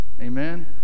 Amen